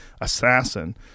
assassin